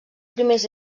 primers